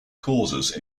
causes